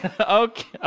Okay